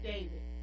David